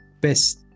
best